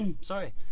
Sorry